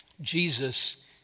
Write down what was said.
Jesus